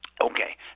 Okay